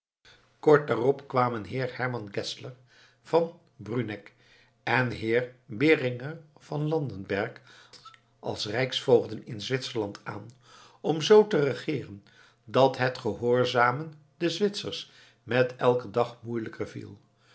kort daarop kwamen heer herman geszler van bruneck en heer beringer van landenberg als rijksvoogden in zwitserland aan om z te regeeren dat het gehoorzamen den zwitsers met elken dag moeielijker viel